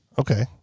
Okay